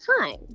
time